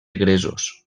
gresos